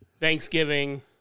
Thanksgiving